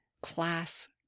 class